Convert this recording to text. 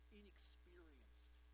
inexperienced